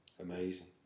Amazing